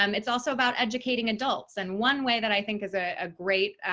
um it's also about educating adults. and one way that i think is a ah great